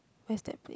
where is that place